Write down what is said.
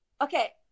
Okay